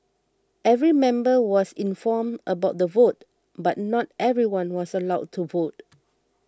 every member was informed about the vote but not everyone was allowed to vote